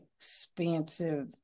expansive